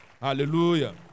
Hallelujah